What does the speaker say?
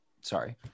sorry